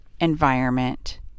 environment